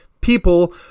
people